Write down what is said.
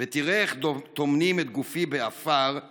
/ ותראה איך טומנים את גופי בעפר /